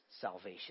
salvation